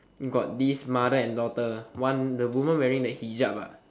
got this mother and daughter one the woman wearing the hijab ah